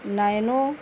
nano